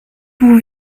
vous